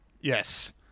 Yes